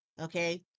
Okay